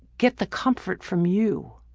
get the comfort from you.